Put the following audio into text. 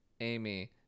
Amy